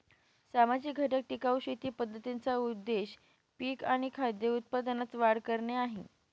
सामाजिक घटक टिकाऊ शेती पद्धतींचा उद्देश पिक आणि खाद्य उत्पादनात वाढ करणे आहे